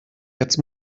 jetzt